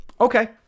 Okay